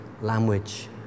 language